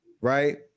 right